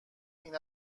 این